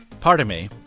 part of me,